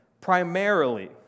Primarily